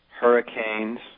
hurricanes